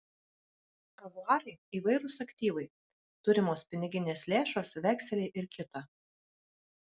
avuarai įvairūs aktyvai turimos piniginės lėšos vekseliai ir kita